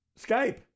Skype